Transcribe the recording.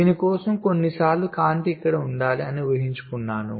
దీని కోసం కొన్నిసార్లు కాంతి ఇక్కడ ఉండాలి అని ఊహించుకున్నాను